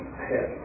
ahead